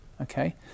okay